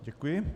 Děkuji.